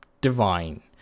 divine